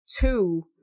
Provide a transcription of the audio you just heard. Two